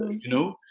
you know.